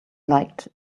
liked